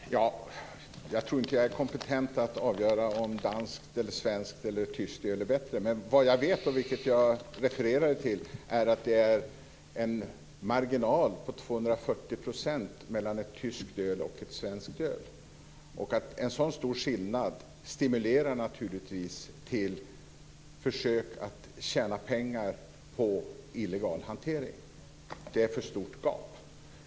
Fru talman! Jag tror inte att jag är kompetent att avgöra vilket av danskt, tyskt eller svenskt öl som är bättre. Men vad jag vet, och vilket jag refererade till, är att det är en marginal på 240 % mellan ett tyskt och ett svenskt öl och att en sådan stor skillnad naturligtvis stimulerar till försök att tjäna pengar på illegal hantering. Det är ett för stort gap.